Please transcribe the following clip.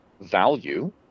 value